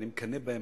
ואני מקנא בהם.